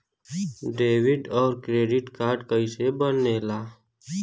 Debit और credit card कईसे बने ने ला?